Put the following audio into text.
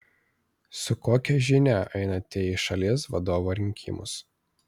su kokia žinia einate į šalies vadovo rinkimus